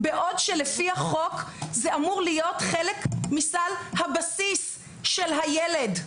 בעוד שלפי החוק זה אמור להיות חלק מסל הבסיס של הילד.